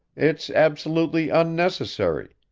it's absolutely unnecessary,